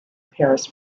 paris